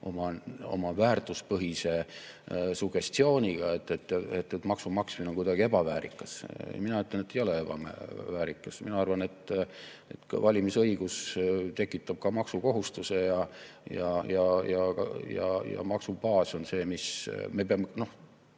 oma väärtuspõhise sugestiooniga, et maksu maksmine on kuidagi ebaväärikas. Mina ütlen, et ei ole ebaväärikas. Mina arvan, et valimisõigus tekitab ka maksukohustuse, ja maksubaas on see, mis hoiab